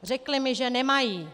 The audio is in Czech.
Řekli mi, že nemají.